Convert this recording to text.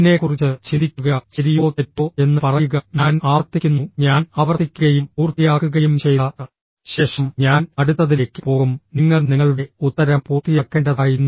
അതിനെക്കുറിച്ച് ചിന്തിക്കുക ശരിയോ തെറ്റോ എന്ന് പറയുക ഞാൻ ആവർത്തിക്കുന്നു ഞാൻ ആവർത്തിക്കുകയും പൂർത്തിയാക്കുകയും ചെയ്ത ശേഷം ഞാൻ അടുത്തതിലേക്ക് പോകും നിങ്ങൾ നിങ്ങളുടെ ഉത്തരം പൂർത്തിയാക്കേണ്ടതായിരുന്നു